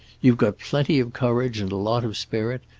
you've got plenty of courage and a lot of spirit.